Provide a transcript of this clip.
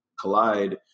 collide